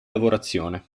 lavorazione